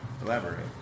Elaborate